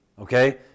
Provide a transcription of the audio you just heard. okay